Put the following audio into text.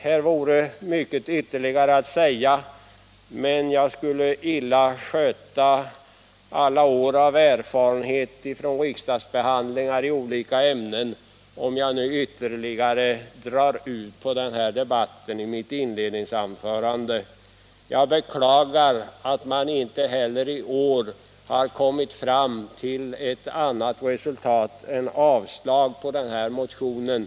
Här vore mycket ytterligare att säga, men jag skulle illa utnyttja alla års erfarenhet av riksdagsbehandlingar i olika ämnen om jag nu ytterligare drog ut på mitt inledningsanförande i debatten. Jag beklagar att man inte heller i år har kommit fram till något annat resultat än ett yrkande om avslag på motionen.